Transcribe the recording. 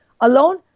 alone